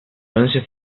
once